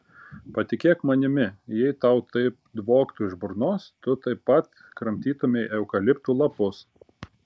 patikėk manimi jei tau taip dvoktų iš burnos tu taip pat kramtytumei eukaliptų lapus